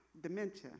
dementia